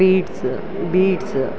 beads beads